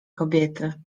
kobiety